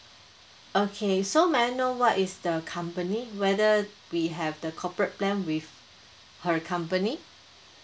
okay so may I know what is the company whether we have the corporate plan with her company